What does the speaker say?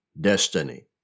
destiny